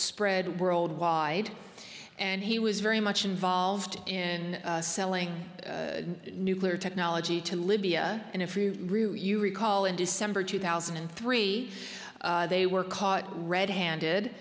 spread worldwide and he was very much involved in selling nuclear technology to libya and if you recall in december two thousand and three they were caught red handed